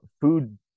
food